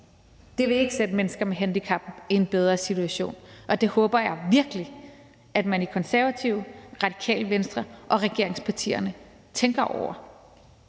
det vil ikke sætte mennesker med handicap i en bedre situation, og det håber jeg virkelig at man i Konservative, Radikale Venstre og regeringspartierne tænker over.